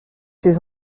ses